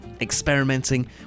experimenting